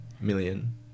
million